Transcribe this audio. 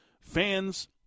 Fans